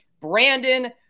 Brandon